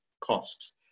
costs